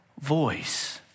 voice